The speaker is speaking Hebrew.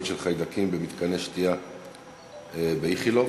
של חיידקים במתקני שתייה בבית-החולים איכילוב.